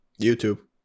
YouTube